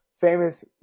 famous